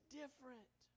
different